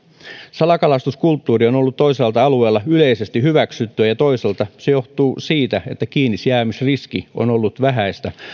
salakalastuskulttuuri on ollut toisaalta alueella yleisesti hyväksyttyä ja toisaalta se johtuu siitä että kiinnijäämisriski on ollut vähäistä